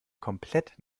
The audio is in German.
komplett